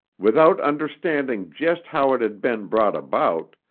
without understanding just how it had been brought about,